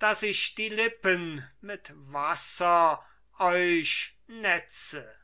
daß ich die lippen mit wasser euch netze